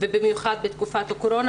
במיוחד בתקופת הקורונה,